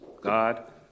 God